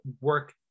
work